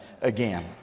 again